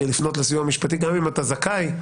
כי לפנות לסיוע המשפטי גם אם אתה זכאי,